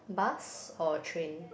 bus or train